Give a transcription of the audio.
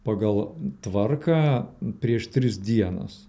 pagal tvarką prieš tris dienas